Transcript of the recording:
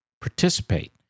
participate